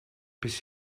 bis